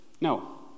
no